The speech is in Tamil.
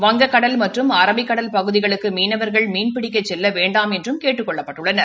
வங்கக்கடல் மற்றும் அரபிக்கடல் பகுதிகளுக்கு மீனவர்கள் மீன்பிடிக்கச் செல்ல வேண்டாம் என்றும் கேட்டுக் கொள்ளப்பட்டுள்ளனர்